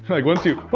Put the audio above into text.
like once you,